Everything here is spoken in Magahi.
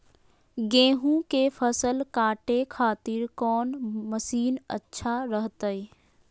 गेहूं के फसल काटे खातिर कौन मसीन अच्छा रहतय?